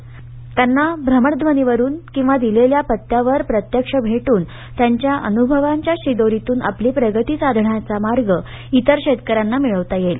रचांना प्रमणध्वनीवरून किंवा दिलेल्या पायावर प्रत्यक्ष भेटन त्यांच्या अनुभवाप्या शिदोरीतून आपली प्रगती साधण्याचा मार्ग इतर शेतकऱ्यांना निळविता येईल